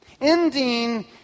Ending